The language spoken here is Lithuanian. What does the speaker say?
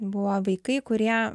buvo vaikai kurie